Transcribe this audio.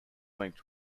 linked